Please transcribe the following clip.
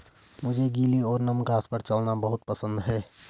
मुझे गीली और नम घास पर चलना बहुत पसंद है